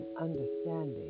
understanding